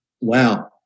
Wow